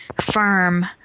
firm